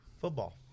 football